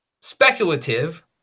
speculative